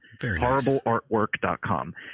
Horribleartwork.com